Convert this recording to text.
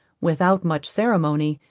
without much ceremony,